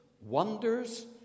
wonders